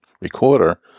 recorder